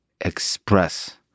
express